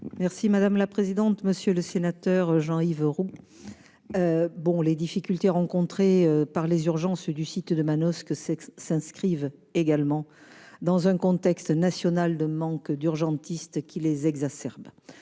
Mme la ministre déléguée. Monsieur le sénateur Jean-Yves Roux, les difficultés rencontrées par les urgences du site de Manosque s'inscrivent aussi dans un contexte national de manque d'urgentistes, qui exacerbe